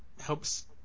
helps